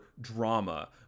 drama